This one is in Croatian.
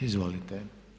Izvolite.